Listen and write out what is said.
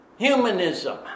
Humanism